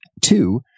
Two